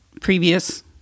previous